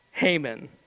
Haman